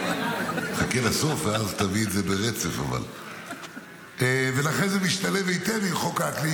ולכן זה משתלב היטב עם חוק האקלים,